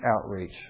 outreach